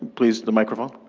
please to the microphone.